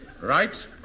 Right